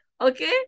Okay